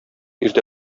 иртә